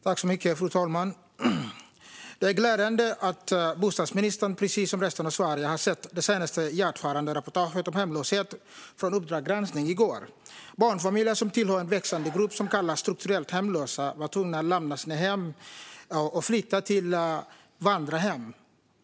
Fru talman! Det är glädjande att bostadsministern, precis som resten av Sverige, såg det senaste hjärtskärande reportaget om hemlöshet i Uppdrag granskning i går. Barnfamiljer som tillhör en växande grupp som kallas strukturellt hemlösa har tvingats lämna sina hem och flytta till vandrarhem.